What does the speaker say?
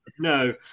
No